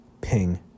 Ping